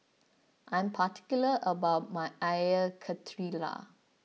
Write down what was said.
I am particular about my Air Karthira